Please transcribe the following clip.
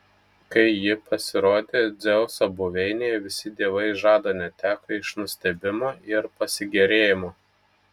kai ji pasirodė dzeuso buveinėje visi dievai žado neteko iš nustebimo ir pasigėrėjimo